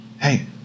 hey